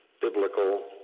biblical